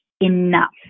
enough